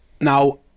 now